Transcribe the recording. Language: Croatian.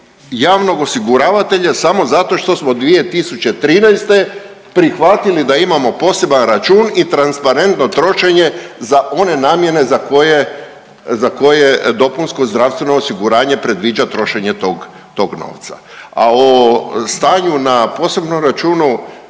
javnog osiguravatelja samo zato što smo 2013. prihvatili da imamo poseban račun i transparentno trošenje za one namjene za koje dopunsko zdravstveno osiguranje predviđa trošenje tog novca. A o stanju na posebnom računu